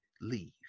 leave